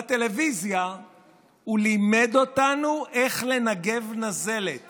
בטלוויזיה הוא לימד אותנו איך לנגב נזלת